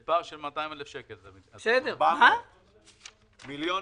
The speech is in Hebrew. זה פער של 400,000 שקל 1.8 מיליון